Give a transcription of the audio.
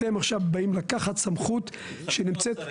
אתם עכשיו באים לקחת סמכות שנמצאת --- התחלפו השרים.